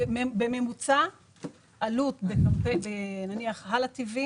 בממוצע עלות בהלא טי.וי